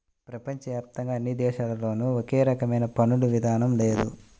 ప్రపంచ వ్యాప్తంగా అన్ని దేశాల్లోనూ ఒకే రకమైన పన్నుల విధానం లేదు